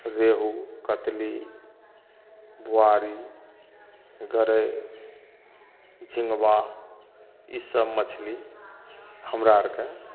रेहू कतली बोआरी गरइ झिङ्गबा ईसब मछली हमरा आओरके